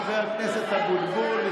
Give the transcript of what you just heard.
חבר הכנסת אבוטבול.